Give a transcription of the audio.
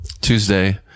Tuesday